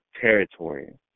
territory